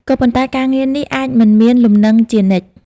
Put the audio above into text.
ក៏ប៉ុន្តែការងារនេះអាចមិនមានលំនឹងជានិច្ច។